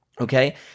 okay